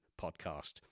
Podcast